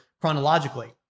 chronologically